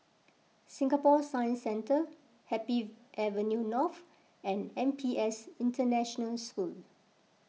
Singapore Science Centre Happy Avenue North and N P S International School